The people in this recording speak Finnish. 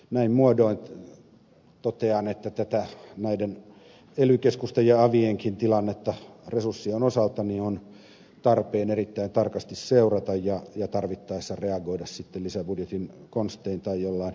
näin muodoin totean että näiden ely keskusten ja avienkin tilannetta resurssien osalta on tarpeen erittäin tarkasti seurata ja tarvittaessa reagoida sitten lisäbudjetin konstein tai jollain vastaavalla tavalla